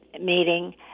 meeting